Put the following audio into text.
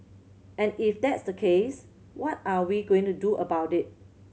and if that's the case what are we going to do about it